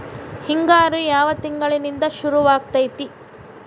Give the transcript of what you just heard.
ಹಿಂಗಾರು ಯಾವ ತಿಂಗಳಿನಿಂದ ಶುರುವಾಗತೈತಿ?